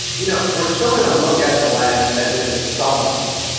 you know, we're still going to look at the land as if it's someone's,